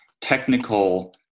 technical